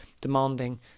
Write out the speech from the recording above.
demanding